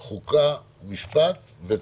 חוקה, משפט וצדק.